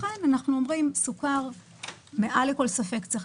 לכן אנחנו אומרים: לגבי סוכר מעל לכל ספק צריך